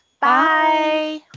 Bye